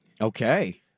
Okay